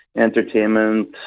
entertainment